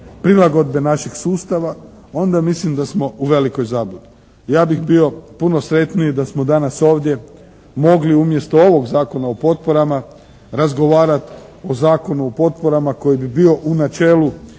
prilagodbe našeg sustava onda mislim da smo u velikoj zabludi. Ja bih bio puno sretniji da smo danas ovdje mogli umjesto ovog Zakona o potporama razgovarati o Zakonu o potporama koji bi bio u načelu